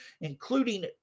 including